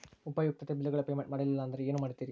ಉಪಯುಕ್ತತೆ ಬಿಲ್ಲುಗಳ ಪೇಮೆಂಟ್ ಮಾಡಲಿಲ್ಲ ಅಂದರೆ ಏನು ಮಾಡುತ್ತೇರಿ?